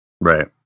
right